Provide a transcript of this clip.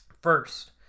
First